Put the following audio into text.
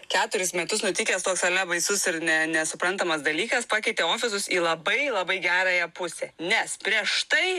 keturis metus nutikęs toks ale baisus ir ne nesuprantamas dalykas pakeitė ofisus į labai labai gerąją pusę nes prieš tai